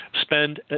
spend